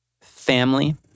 family